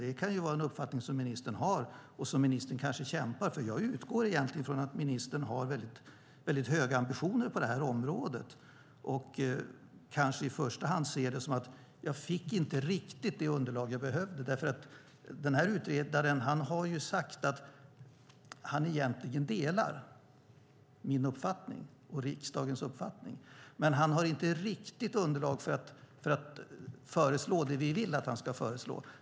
Det kan ju vara en uppfattning som ministern har och som ministern kanske kämpar för. Jag utgår egentligen från att ministern har väldigt höga ambitioner på det här området och kanske i första hand ser det som att hon inte riktigt har fått det underlag som hon behöver. Utredaren har sagt att han egentligen delar min och riksdagens uppfattning, men han har inte riktigt underlag för att föreslå det som vi vill att han ska föreslå.